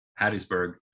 Hattiesburg